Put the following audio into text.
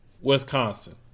Wisconsin